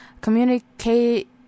Communicate